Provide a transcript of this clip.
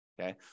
okay